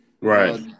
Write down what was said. Right